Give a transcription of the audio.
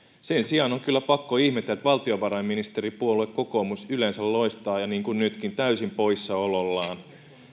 sen sijaan on kyllä pakko ihmetellä että valtiovarainministeripuolue kokoomus yleensä loistaa niin kuin nytkin täysin poissaolollaan